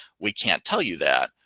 we can't tell you that,